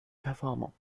verformung